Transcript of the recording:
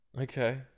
Okay